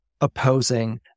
opposing